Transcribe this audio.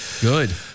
Good